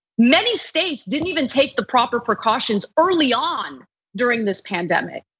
many states didn't even take the proper precautions early on during this pandemic.